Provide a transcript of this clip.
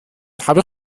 habe